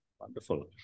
Wonderful